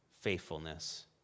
faithfulness